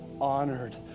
honored